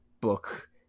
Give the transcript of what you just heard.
book